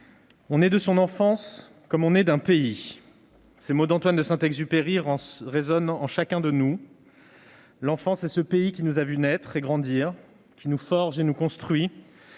On est de son enfance comme on est d'un pays. » Ces mots d'Antoine de Saint-Exupéry résonnent en chacun de nous : l'enfance est ce pays qui nous a vus naître et grandir, qui nous forge et nous construit,